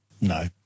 No